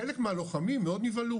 חלק מהלוחמים מאוד נבהלו